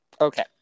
Okay